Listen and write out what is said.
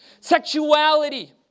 Sexuality